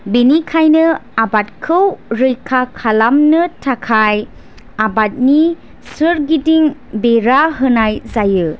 बेनिखायनो आबादखौ रैखा खालामनो थाखाय आबादनि सोरगिदिं बेरा होनाय जायो